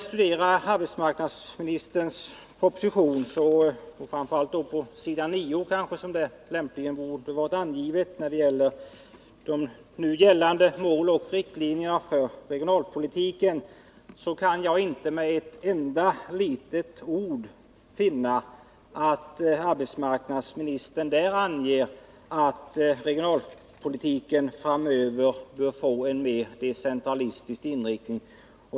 Studerar man arbetsmarknadsministerns proposition — framför allt då vad som står på s. 9, där de nuvarande målen och riktlinjerna för regionalpolitiken lämpligen borde ha angetts närmare — kan man inte finna att arbetsmarknadsministern med ett enda litet ord framhåller att regionalpolitiken framöver bör få en mer decentralistisk inriktning.